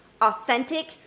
authentic